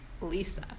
Lisa